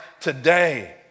today